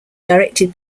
directed